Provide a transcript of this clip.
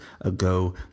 ago